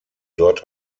dort